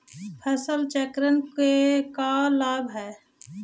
फसल चक्रण के का लाभ हई?